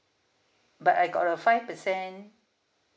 but I got a five percent